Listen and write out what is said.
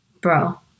Bro